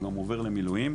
הוא גם עובר למילואים.